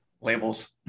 Labels